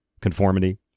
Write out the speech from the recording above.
conformity